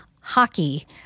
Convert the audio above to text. hockey